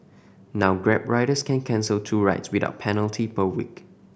now Grab riders can cancel two rides without penalty per week